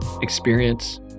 experience